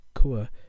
Kua